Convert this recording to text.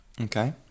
Okay